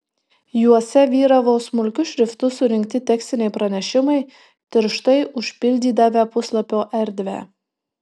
juose vyravo smulkiu šriftu surinkti tekstiniai pranešimai tirštai užpildydavę puslapio erdvę